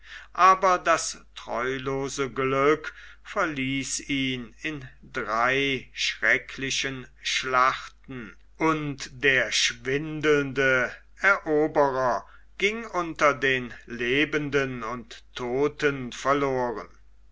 aber das treulose glück verließ ihn in drei schrecklichen schlachten und der schwindelnde eroberer ging unter den lebenden und todten verloren